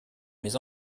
mes